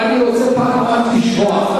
אבל אני רוצה פעם אחת לשמוע,